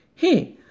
Hey